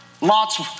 Lot's